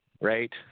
Right